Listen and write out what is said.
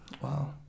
Wow